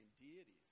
deities